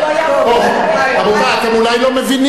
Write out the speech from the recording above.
לא יעזור, רבותי, אתם אולי לא מבינים.